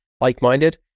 like-minded